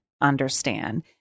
understand